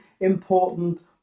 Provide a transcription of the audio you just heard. important